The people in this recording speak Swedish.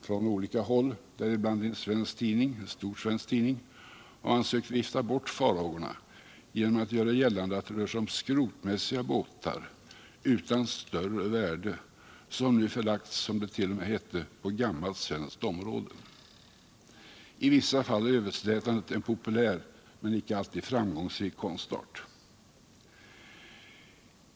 Från olika håll, däribland i en stor svensk tidning, har man sökt vifta bort farhågorna genom att göra gällande att det rör sig om skrotmässiga båtar utan större värde som nu förlagts på — som det t.o.m. hette — gammalt svenskt område! I vissa fall är överslätandet en populär men icke alltid framgångsrik konstart.